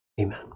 Amen